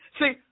See